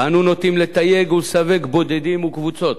אנו נוטים לתייג ולסווג בודדים וקבוצות,